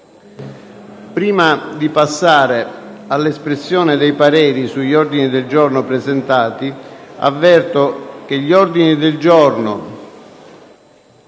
Prima di passare all'espressione dei pareri sugli ordini del giorno presentati, avverto che gli ordini del giorno